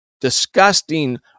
disgusting